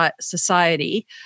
society